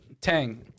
Tang